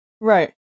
Right